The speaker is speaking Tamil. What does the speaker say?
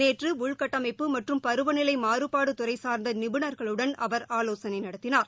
நேற்று உள்கட்டமைப்பு மற்றும் பருவநிலை மாறுபாடு துறை சார்ந்த நிபுணர்களுடன் அவர் ஆலோசனை நடத்தினார்